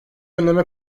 önleme